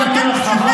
סליחה,